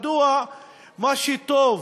מדוע מה שטוב